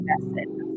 invested